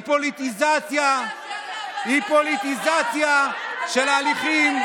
היא פוליטיזציה של הליכים,